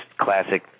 classic